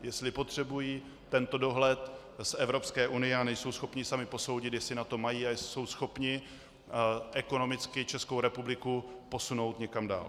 Jestli potřebují tento dohled z Evropské unie a nejsou schopni sami posoudit, jestli na to mají a jestli jsou schopni ekonomicky Českou republiku posunout někam dál.